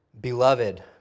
Beloved